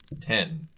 Ten